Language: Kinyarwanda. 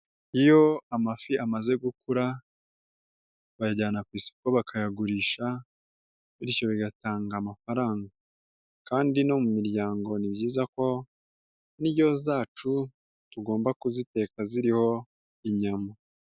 iyo amafi amaze gukura, bayajyana ku isoko bakayagurisha bityo bigatanga amafaranga, kandi no mu miryango ni byiza ko indyo zacu tugomba kuziteka ziriho inyama.